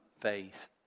faith